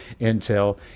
intel